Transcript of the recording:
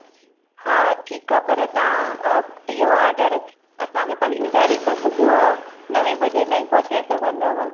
हा ठीकु आहे पर तव्हां इहो ऑडर असांखे पंद्रहीं तारीख़ सुबुह जो नवें बजे ताईं पहुचाए सघंदव